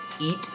eat